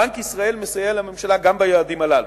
בנק ישראל מסייע לממשלה גם ביעדים הללו,